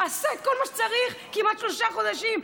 עשה את כל מה שצריך כמעט שלושה חודשים.